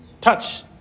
Touch